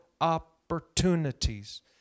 opportunities